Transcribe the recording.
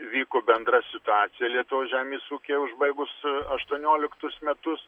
vyko bendra situacija lietuvos žemės ūkyje užbaigus aštuonioliktus metus